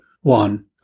one